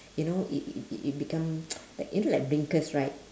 you know i~ i~ i~ it become like into like blinkers right